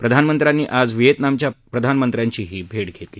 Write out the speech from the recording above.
प्रधानमंत्र्यांनी आज व्हिएतनामच्या प्रधानांची भेट घेतली